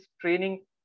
training